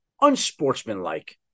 unsportsmanlike